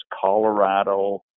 Colorado